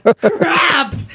Crap